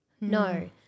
No